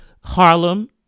Harlem